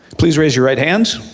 please raise your right hand.